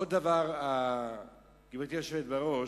עוד דבר, גברתי היושבת בראש,